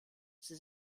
sie